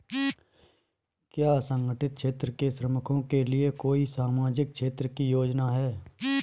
क्या असंगठित क्षेत्र के श्रमिकों के लिए कोई सामाजिक क्षेत्र की योजना है?